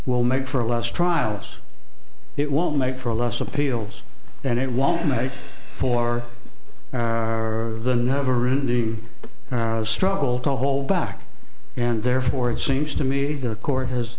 will make for a less trials it won't make for a less appeals and it won't make for the never ending or a struggle to hold back and therefore it seems to me that the court has